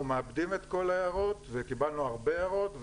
ואנחנו מעבדים את כל ההערות וקיבלנו הרבה הערות,